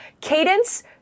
Cadence